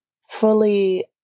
fully